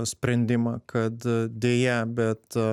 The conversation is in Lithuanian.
sprendimą kad deja bet